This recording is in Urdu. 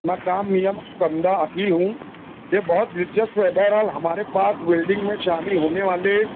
میں شیام میاں کندہ اکھل ہوں یہ بہت دلچسپ ہے بہرحال ہمارے پاس ویلڈنگ میں شامل ہونے والے